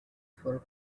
for